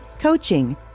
coaching